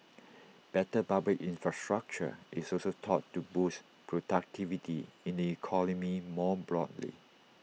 better public infrastructure is also thought to boost productivity in the economy more broadly